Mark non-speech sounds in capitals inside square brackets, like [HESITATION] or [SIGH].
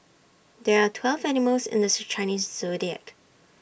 there are twelve animals in the [HESITATION] Chinese Zodiac